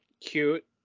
cute